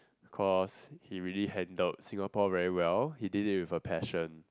of course he really handled Singapore very well he did it with a passion